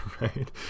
right